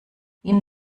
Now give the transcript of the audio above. ihnen